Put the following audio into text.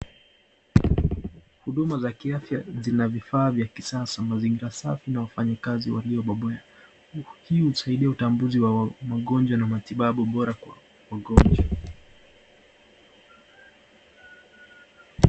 Huduma za kiafya zina vifaa vya kisasa, mazingira safi na wafanyikazi waliobobea. Hii husaidia utambuzi wa magonjwa na matibabu bora kwa wangonjwa.